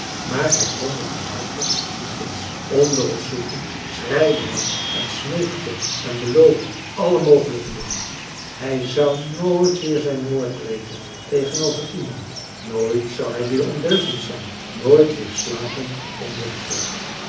maar hij kon den kabouter niet vinden onder het zoeken schreide hij en smeekte en beloofde alle mogelijke dingen hij zou nooit weer zijn woord breken tegenover iemand nooit zou hij weer ondeugend zijn nooit weer slapen onder de preek